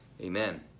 Amen